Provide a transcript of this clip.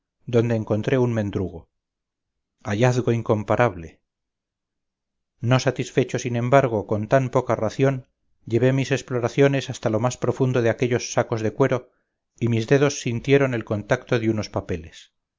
donde encontré un mendrugo hallazgo incomparable no satisfecho sin embargo con tan poca ración llevé mis exploraciones hasta lo más profundo de aquellos sacos de cuero y mis dedos sintieron el contacto de unos papeles